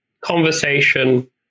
conversation